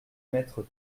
mettre